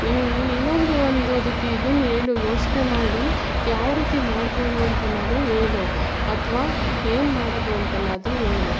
ಇನ್ನು ನೀನು ಏನಾದರು ಒಂದು ಅದಕ್ಕೆ ಇದನ್ನು ಹೇಳು ಯೋಚನೆ ಮಾಡಿ ಯಾವ ರೀತಿ ಮಾಡ್ಬೋದೂಂತನಾದರೂ ಹೇಳು ಅಥವಾ ಏನು ಮಾಡೋದು ಅಂತನಾದರು ಹೇಳು